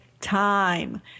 time